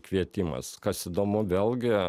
kvietimas kas įdomu vėlgi